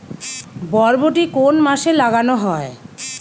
বরবটি কোন মাসে লাগানো হয়?